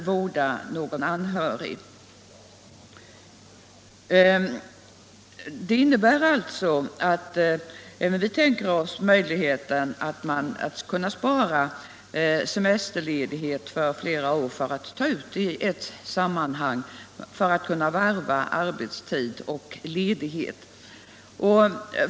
Vårt förslag innebär alltså att även vi tänker oss möjligheten att man skall kunna spara semesterledighet för flera år och ta ut den i ett sammanhang för att på det sättet varva arbete och ledighet.